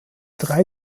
drei